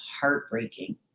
heartbreaking